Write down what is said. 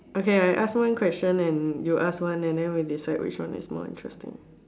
okay I ask one question and you ask one and then we decide which one is more interesting